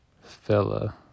fella